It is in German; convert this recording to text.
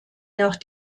nach